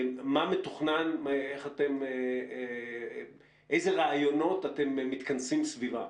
מה מתוכנן ואיזה רעיונות אתם מתכנסים סביבם?